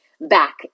back